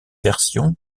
version